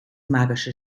magische